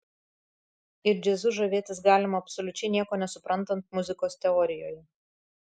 ir džiazu žavėtis galima absoliučiai nieko nesuprantant muzikos teorijoje